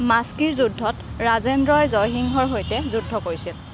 মাস্কিৰ যুদ্ধত ৰাজেন্দ্ৰই জয়সিংহৰ সৈতে যুদ্ধ কৰিছিল